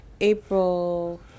April